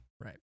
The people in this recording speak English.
Right